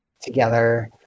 together